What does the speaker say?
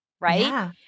right